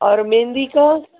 اور مہندی کا